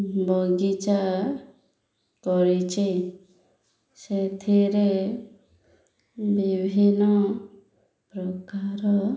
ବଗିଚା କରିଛି ସେଥିରେ ବିଭିନ୍ନ ପ୍ରକାର